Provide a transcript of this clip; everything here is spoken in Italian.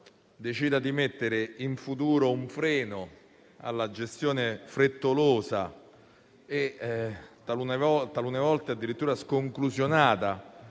decida di mettere in futuro un freno alla gestione frettolosa e talune volte addirittura sconclusionata